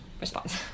response